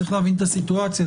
צריך להבין את הסיטואציה.